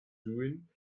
doing